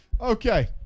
Okay